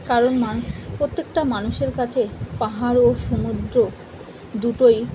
কারণ মা প্রত্যেকটা মানুষের কাছে পাহাড় ও সমুদ্র দুটোই